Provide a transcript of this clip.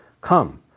Come